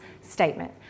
statement